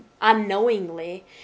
unknowingly